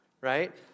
right